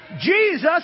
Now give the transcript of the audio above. Jesus